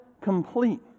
complete